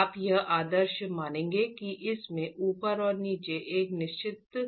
आप यह आदर्श मानेंगे कि इसमें ऊपर और नीचे एक निश्चित